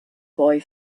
boy